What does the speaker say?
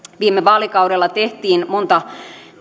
viime vaalikaudella tehtiin monta